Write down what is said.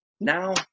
now